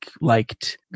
liked